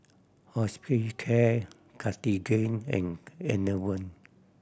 Hospicare Cartigain and Enervon